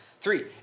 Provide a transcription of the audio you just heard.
Three